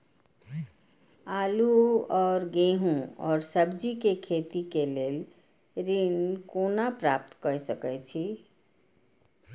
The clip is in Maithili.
आलू और गेहूं और सब्जी के खेती के लेल ऋण कोना प्राप्त कय सकेत छी?